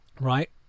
right